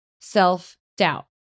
self-doubt